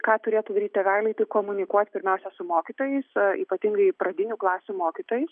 ką turėtų daryt tėveliai tai komunikuot pirmiausia su mokytojais ypatingai pradinių klasių mokytojais